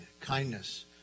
kindness